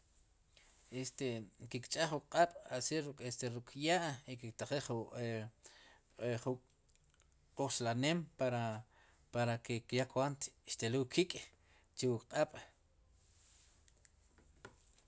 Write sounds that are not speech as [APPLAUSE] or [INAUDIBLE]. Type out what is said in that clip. Este ki kch'aj wuk q'aab' este ruk'ya' ke'ktaqiij ju [HESITATION] q'oxla'neem para, para ke ya kwaant xtelul wu kik' chu wuk q'aab'.